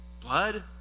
blood